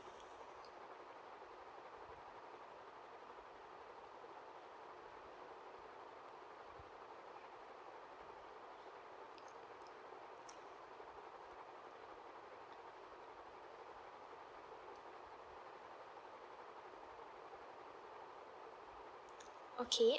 okay